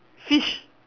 fish